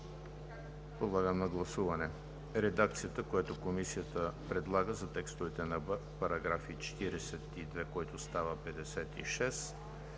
Подлагам на гласуване редакцията, която Комисията предлага за текстовете на § 42, който става §